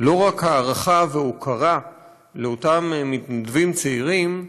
לא רק הערכה והוקרה לאותם מתנדבים צעירים,